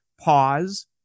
pause